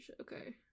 Okay